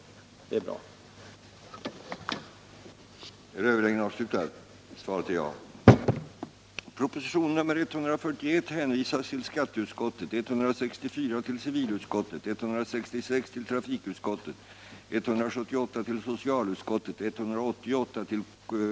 Det är bra.